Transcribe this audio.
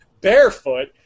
barefoot